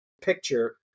picture